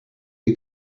you